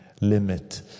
limit